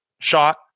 shot